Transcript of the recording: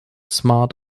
smart